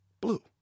Blue